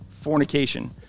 fornication